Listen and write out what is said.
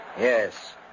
Yes